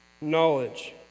knowledge